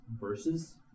verses